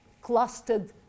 clustered